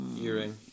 Earring